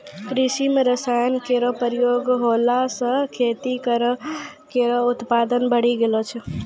कृषि म रसायन केरो प्रयोग होला सँ खेतो केरो उत्पादन बढ़ी गेलो छै